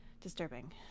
disturbing